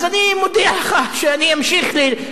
אז אני מודיע לך שאני אמשיך ל,